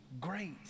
great